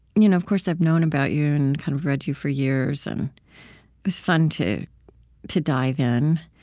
you know of course i've known about you and kind of read you for years, and it was fun to to dive in.